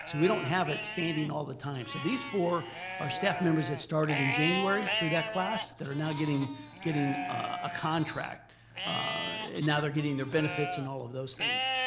so we don't have it standing all the time. so these four are staff members that started in january through that class that are now getting getting a contract and now they're getting their benefits and all of those things.